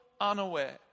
unaware